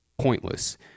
pointless